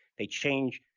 they change,